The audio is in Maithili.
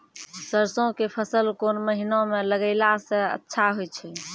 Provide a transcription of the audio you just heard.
सरसों के फसल कोन महिना म लगैला सऽ अच्छा होय छै?